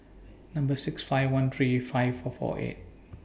Number six five one three five four four eight